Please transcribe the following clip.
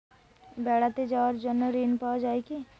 বেড়াতে যাওয়ার জন্য ঋণ পাওয়া যায় কি?